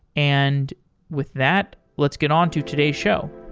and with that, let's get on to today's show